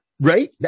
Right